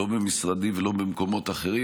לא במשרדי ולא במקומות אחרים.